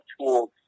tools